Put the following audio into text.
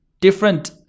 different